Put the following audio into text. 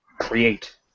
create